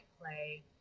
play